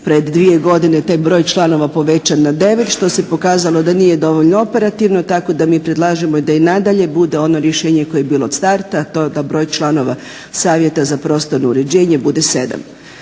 pred dvije godine taj broj članova povećan na 9 što se pokazalo da nije dovoljno operativno tako da mi predlažemo da i nadalje bude ono rješenje koje je bilo od starta. To da broj članova Savjeta za prostorno uređenje bude 7.